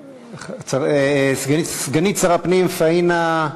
33, שמונה מתנגדים, אין נמנעים.